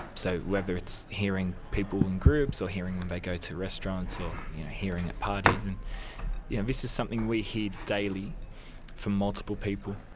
so whether it's hearing people in groups or hearing when they go to the restaurants, or hearing at parties, and yeah this is something we hear daily from multiple people.